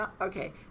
okay